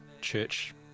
church